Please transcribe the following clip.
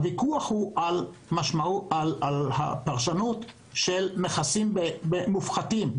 הוויכוח הוא על הפרשנות של נכסים מופחתים.